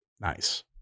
Nice